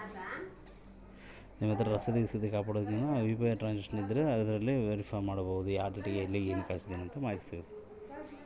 ನಾವು ಯಾವ್ದೇ ದುಡ್ಡಿನ ವ್ಯವಹಾರ ಯು.ಪಿ.ಐ ನಿಂದ ಮಾಡಿದ್ರೆ ಉಪಯೋಗ ಏನು ತಿಳಿಸ್ರಿ?